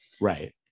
Right